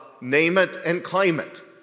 name-it-and-claim-it